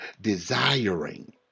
desiring